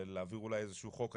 ולהעביר אולי איזו שהוא חוק.